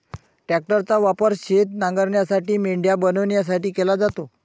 ट्रॅक्टरचा वापर शेत नांगरण्यासाठी, मेंढ्या बनवण्यासाठी केला जातो